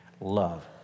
Love